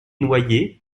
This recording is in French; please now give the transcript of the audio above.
noyers